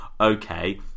okay